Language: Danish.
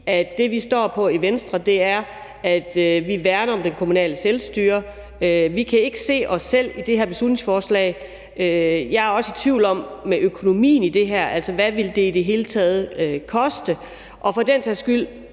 at det, vi står på i Venstre, er, at vi værner om det kommunale selvstyre. Vi kan ikke se os selv i det her beslutningsforslag. Jeg er også i tvivl om økonomien i det her, altså hvad det i det hele taget ville koste, og for den sags skyld